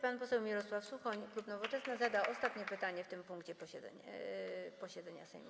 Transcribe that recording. Pan poseł Mirosław Suchoń, klub Nowoczesna, zada ostatnie pytanie w tym punkcie posiedzenia Sejmu.